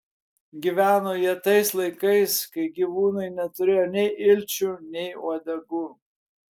gyveno jie tais laikais kai gyvūnai neturėjo nei ilčių nei uodegų